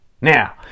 Now